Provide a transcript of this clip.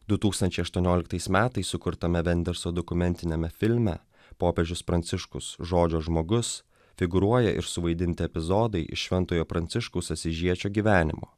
du tūkstančiai aštuonioliktais metais sukurtame venderso dokumentiniame filme popiežius pranciškus žodžio žmogus figūruoja ir suvaidinti epizodai iš šventojo pranciškaus asyžiečio gyvenimo